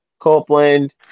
Copeland